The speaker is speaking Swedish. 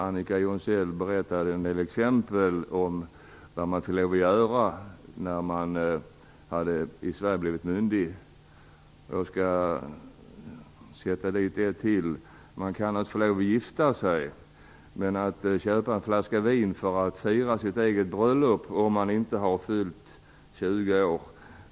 Annika Jonsell tog en del exempel på vad man får lov att göra i Sverige när man har blivit myndig. Jag skall ta ett till: Man kan få gifta sig, men köpa en flaska vin för att fira sitt eget bröllop är icke tillåtet om man inte har fyllt 20 år.